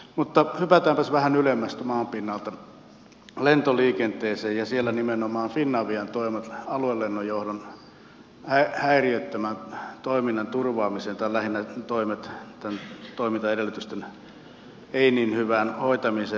mutta hypätäänpäs vähän ylemmäksi maan pinnalta lentoliikenteeseen ja siellä nimenomaan finavian toimiin aluelennonjohdon häiriöttömän toiminnan turvaamiseksi tai lähinnä toimintaedellytysten ei niin hyvään hoitamiseen